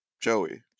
Joey